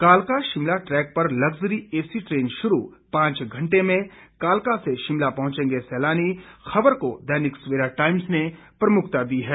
कालका शिमला ट्रैक पर luxury AC train शुरू पांच घंटे में कालका से शिमला पहुंचेंगे सैलानी खबर को दैनिक सवेरा टाइम्स ने प्रमुखता दी है